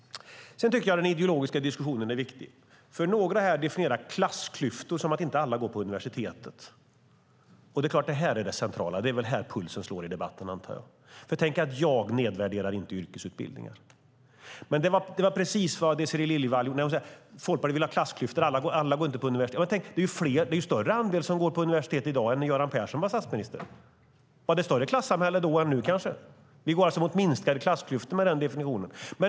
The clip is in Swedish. Jag tycker att den ideologiska diskussionen är viktig. Några här definierar klassklyftor som att inte alla går på universitetet. Det är det här som är det centrala, och det är här som pulsen slår i debatten, antar jag. Jag nedvärderar inte yrkesutbildningar. Men det var precis vad Désirée Liljevall gjorde när hon sade att Folkpartiet vill ha klassklyftor eftersom alla inte går på universitetet. Andelen som går på universitetet är ju större i dag än när Göran Persson var statsminister. Var det större klasskillnader då än nu, kanske? Vi går alltså mot minskade klassklyftor med den definitionen.